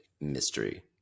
mystery